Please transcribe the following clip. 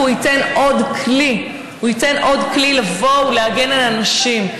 כי הוא ייתן עוד כלי להגן על הנשים.